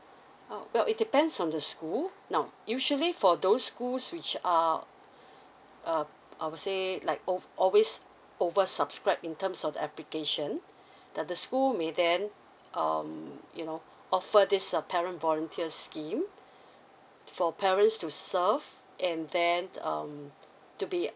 err well it depends on the school now usually for those school which are err I would say like al~ always over subscribed in terms of the application the the school may then um you know offer this err parent volunteers scheme for parents to serve and then um to be